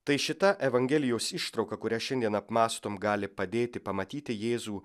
tai šita evangelijos ištrauka kurią šiandien apmąstom gali padėti pamatyti jėzų